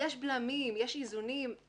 יש בלמים, יש איזונים.